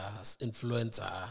influencer